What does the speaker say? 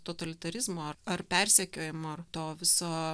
totalitarizmo ar ar persekiojimo to viso